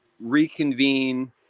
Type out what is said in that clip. reconvene